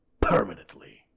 permanently